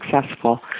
successful